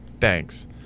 Thanks